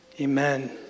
Amen